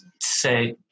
say